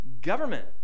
government